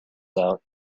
out